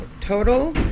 total